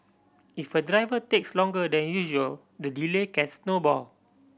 if a driver takes longer than usual the delay can snowball